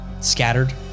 scattered